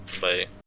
bye